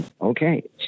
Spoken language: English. Okay